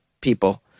people